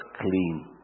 clean